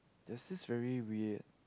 this is very weird